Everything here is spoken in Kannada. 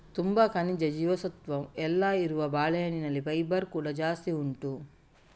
ತುಂಬಾ ಖನಿಜ, ಜೀವಸತ್ವ ಎಲ್ಲ ಇರುವ ಬಾಳೆಹಣ್ಣಿನಲ್ಲಿ ಫೈಬರ್ ಕೂಡಾ ಜಾಸ್ತಿ ಉಂಟು